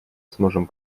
сможем